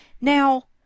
Now